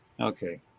Okay